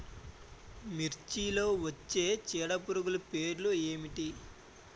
మిర్చిలో వచ్చే చీడపురుగులు పేర్లు ఏమిటి?